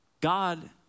God